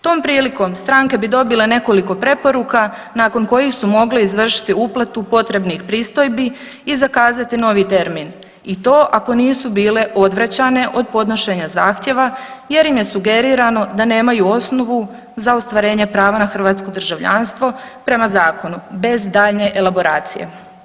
Tom prilikom stranke bi dobile nekoliko preporuka nakon kojih su mogle izvršiti uplatu potrebnih pristojbi i zakazati novi termin i to ako nisu bile odvraćanje od podnošenja zahtjeva jer im je sugerirano da nemaju osnovu za ostvarenje prava na hrvatsko državljanstvo prema zakonu bez daljnje elaboracije.